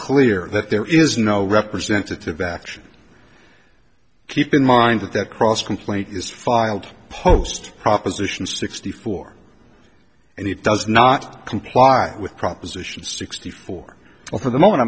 clear that there is no representative action keep in mind that that cross complaint is filed post proposition sixty four and it does not comply with proposition sixty four well for the